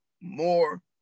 more